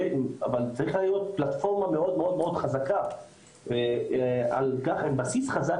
אבל צריך היום פלטפורמה מאוד חזקה על כך עם בסיס חזק